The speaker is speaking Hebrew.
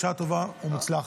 בשעה טובה ומוצלחת,